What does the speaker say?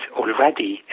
already